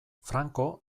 franco